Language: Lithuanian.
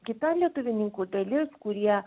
kita lietuvininkų dalis kurie